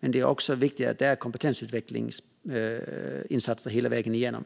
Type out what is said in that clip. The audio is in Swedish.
Men det är också viktigt att det är kompetensutvecklingsinsatser hela vägen igenom,